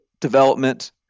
development